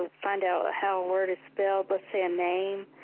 find out how a word is spelled let's say a name,